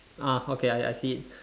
ah okay I I see it